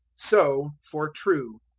so for true.